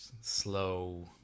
slow